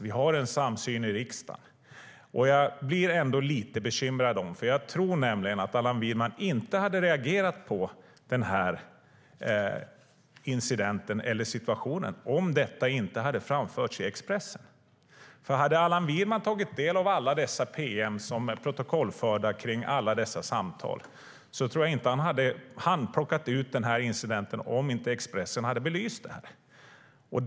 Vi har en samsyn i riksdagen. Jag blir ändå lite bekymrad. Jag tror nämligen att Allan Widman inte hade reagerat på den här incidenten eller situationen om detta inte hade framförts i Expressen. Hade Allan Widman tagit del av alla dessa pm som är protokollförda om alla dessa samtal tror jag inte att han hade handplockat den här incidenten om inte Expressen hade belyst den.